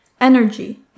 Energy